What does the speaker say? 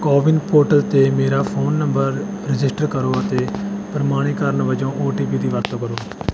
CoWIN portal 'ਤੇ ਮੇਰਾ phone number register ਕਰੋ ਅਤੇ ਪ੍ਰਮਾਣੀਕਰਨ ਵਜੋਂ ਓ ਟੀ ਪੀ ਦੀ ਵਰਤੋਂ ਕਰੋ